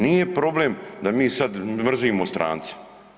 Nije problem da mi sad mrzimo strance.